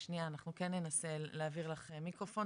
אני רוצה להעלות כמה נקודות מרכזיות,